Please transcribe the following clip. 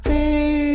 Hey